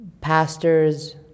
pastors